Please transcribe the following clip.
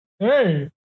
Hey